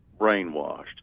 brainwashed